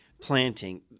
planting